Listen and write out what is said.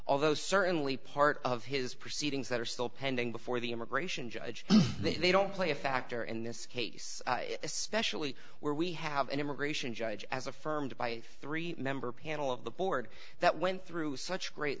although certainly part of his proceedings that are still pending before the immigration judge they don't play a factor in this case especially where we have an immigration judge as affirmed by three member panel of the board that went through such great